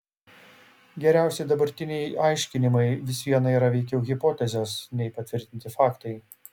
geriausi dabartiniai aiškinimai vis viena yra veikiau hipotezės nei patvirtinti faktai